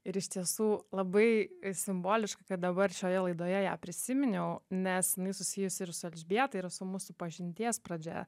ir iš tiesų labai simboliška kad dabar šioje laidoje ją prisiminiau nes jinai susijusi ir su elžbieta yra su mūsų pažinties pradžia